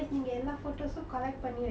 so cute